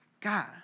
God